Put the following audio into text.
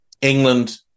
England